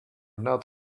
not